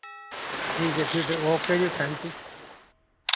ٹھیک ہے ٹھیک ہے اوکے جی تھینک یو